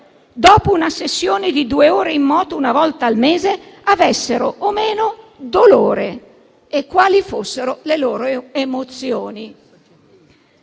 dopo una sessione in moto di due ore una volta al mese, avessero o meno dolore e quali fossero le loro emozioni.